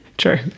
true